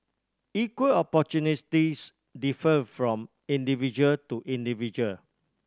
equal opportunities differ from individual to individual